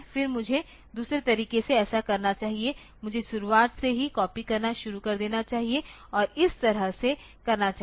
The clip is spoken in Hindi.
फिर मुझे दूसरे तरीके से ऐसा करना चाहिए मुझे शुरुआत से ही कॉपी करना शुरू कर देना चाहिए और इस तरह से करना चाहिए